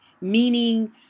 meaning